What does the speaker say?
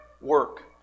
work